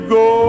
go